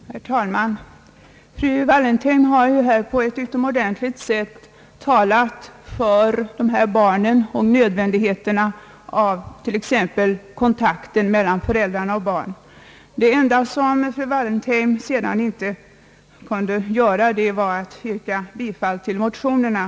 Herr talman! Fru Wallentheim har här på ett utomordentlig sätt talat för dessa barn och för nödvändigheten av t.ex. kontakter mellan föräldrar och barn. Det enda som fru Wallentheim sedan inte gjorde var att yrka bifall till motionerna.